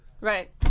Right